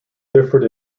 differed